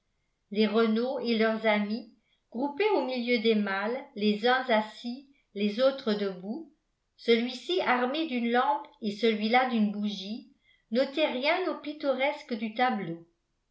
les renault et leurs amis groupés au milieu des malles les uns assis les autres debout celui-ci armé d'une lampe et celui-là d'une bougie n'ôtaient rien au pittoresque du tableau